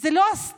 זו לא הסתרה,